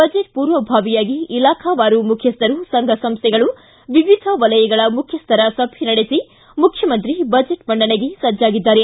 budget ಮೂರ್ವಭಾವಿಯಾಗಿ ಇಲಾಖಾವಾರು ಮುಖ್ಯಸ್ವರು ಸಂಘ ಸಂಸ್ಥೆಗಳು ವಿವಿಧ ವಲಯಗಳ ಮುಖ್ಯಸ್ವರ ಸಭೆ ನಡೆಸಿ ಮುಖ್ಚಿಮಂತ್ರಿ ಬಜೆಟ್ ಮಂಡನೆಗೆ ಸಜ್ಜಾಗಿದ್ದಾರೆ